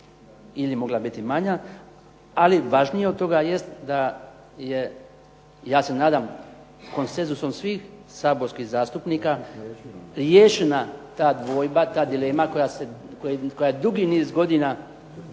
ili mogla biti manja. Ali važnije od toga jest da je ja se nadam konsenzusom svih saborskih zastupnika riješena ta dvojba, ta dilema koja je dugi niz godina